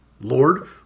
Lord